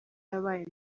yabaye